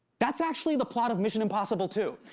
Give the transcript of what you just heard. that's actually the plot of mission impossible two,